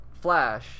Flash